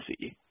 see